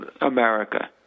America